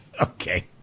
Okay